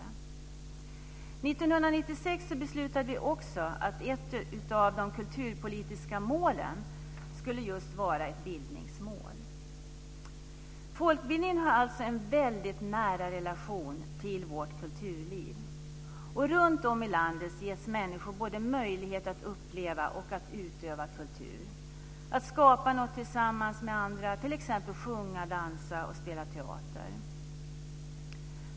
År 1996 beslutade vi att ett av de kulturpolitiska målen skulle vara just ett bildningsmål. Folkbildningen har alltså en väldigt nära relation till vårt kulturliv. Runt om i landet ges människor möjlighet att både uppleva och utöva kultur; att skapa något tillsammans med andra, t.ex. att sjunga, dansa och spela teater.